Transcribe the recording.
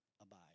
Abide